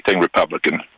Republican